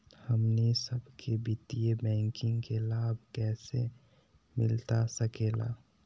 हमनी सबके वित्तीय बैंकिंग के लाभ कैसे मिलता सके ला?